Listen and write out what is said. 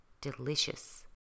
Delicious